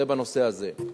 זה בנושא הזה.